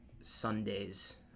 Sundays